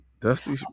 Dusty